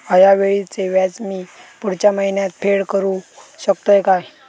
हया वेळीचे व्याज मी पुढच्या महिन्यात फेड करू शकतय काय?